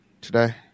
today